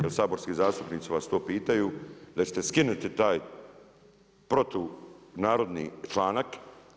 Jer saborski zastupnici vas to pitaju, da ćete skinuti taj protunarodni članak.